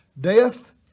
Death